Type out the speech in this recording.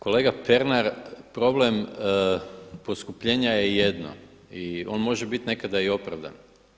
Kolega Pernar, problem poskupljenja je jedno i on može biti nekada i opravdan.